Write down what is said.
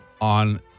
on